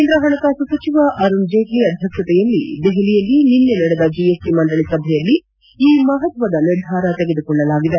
ಕೇಂದ್ರ ಪಣಕಾಸು ಸಚಿವ ಅರುಣ್ ಜೇಟ್ಷ ಅಧ್ಯಕ್ಷತೆಯಲ್ಲಿ ದೆಹಲಿಯಲ್ಲಿ ನಿನ್ನೆ ನಡೆದ ಜಿಎಸ್ಟಿ ಮಂಡಳಿ ಸಭೆಯಲ್ಲಿ ಈ ಮಪತ್ತದ ನಿರ್ಧಾರ ತೆಗೆದುಕೊಳ್ಳಲಾಗಿದೆ